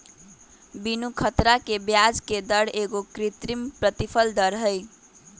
बीनू ख़तरा के ब्याजके दर एगो कृत्रिम प्रतिफल दर हई